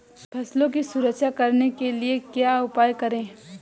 फसलों की सुरक्षा करने के लिए क्या उपाय करें?